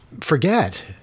forget